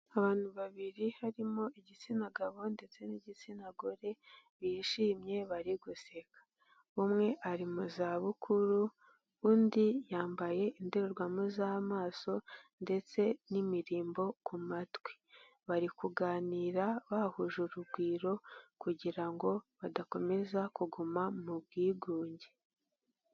Abantu babiri harimo igitsina gabo ndetse n'igitsina gore, bishimye bari guseka, umwe ari mu zabukuru undi yambaye indorerwamo z'amaso ndetse n'imirimbo ku matwi, bari kuganira bahuje urugwiro kugira ngo badakomeza kuguma mu bwigunge.